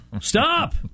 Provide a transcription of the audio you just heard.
stop